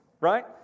right